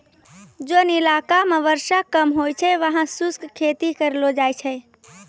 जोन इलाका मॅ वर्षा कम होय छै वहाँ शुष्क खेती करलो जाय छै